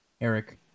Eric